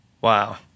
Wow